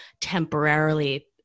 temporarily